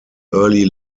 early